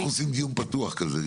אני